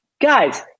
guys